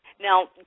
Now